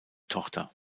tochter